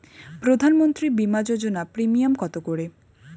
প্রধানমন্ত্রী বিমা যোজনা প্রিমিয়াম কত করে?